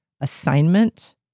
assignment